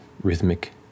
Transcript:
rhythmic